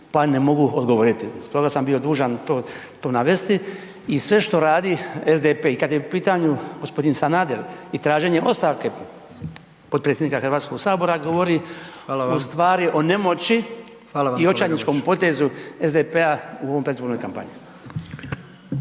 pa ne mogu odgovoriti, stoga sam bio dužan to navesti. I sve što radi SDP i kada je u pitanju gospodin Sanader i traženje ostavke potpredsjednika HS-a govori ustvari o nemoći i očajničkom potezu SDP-a u ovoj predizbornoj kampanji.